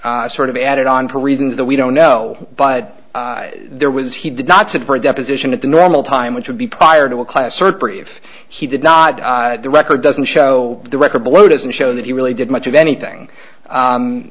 sort of added on to reasons that we don't know but there was he did not sit for a deposition at the normal time which would be prior to a class of he did not the record doesn't show the record blow doesn't show that he really did much of anything